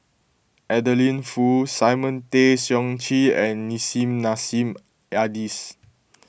Adeline Foo Simon Tay Seong Chee and Nissim Nassim Adis